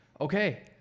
Okay